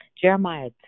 Jeremiah